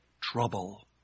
trouble